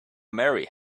marry